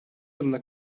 yılına